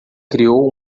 criou